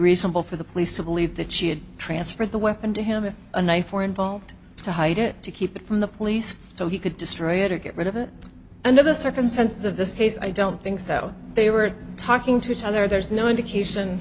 reasonable for the police to believe that she had transferred the weapon to him a knife or involved to hide it to keep it from the police so he could destroy it or get rid of it under the circumstances of this case i don't think so they were talking to each other there's no indication